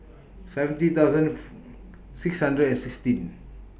seventy thousand six hundred and sixteen